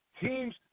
team's